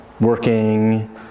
working